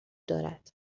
دارد